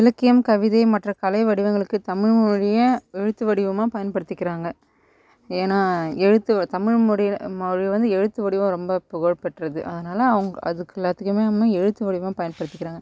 இலக்கியம் கவிதை மற்றும் கலை வடிவங்களுக்கு தமிழ் மொழியை எழுத்து வடிவமாக் பயன்படுத்திக்கிறாங்க ஏனால் எழுத்து தமிழ் மொழியில் மொழி வந்து எழுத்து வடிவம் ரொம்ப புகழ்பெற்றது அதனால் அவுங்க அதுக்கு எல்லாத்துக்குமே வந்து எழுத்து வடிவமாக பயன்படுத்திக்கிறாங்க